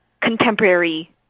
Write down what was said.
contemporary